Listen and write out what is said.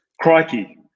Crikey